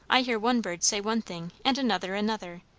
i hear one bird say one thing and another another,